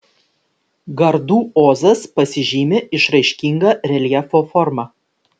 gardų ozas pasižymi išraiškinga reljefo forma